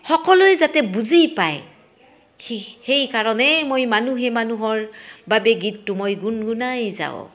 সকলোৱে যাতে বুজি পায় সেই সেইকাৰণে মই মানুহে মানুহৰ বাবে গীতটো মই গুণগুণাই যাওঁ